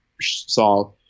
saw